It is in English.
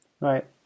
right